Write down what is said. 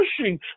pushing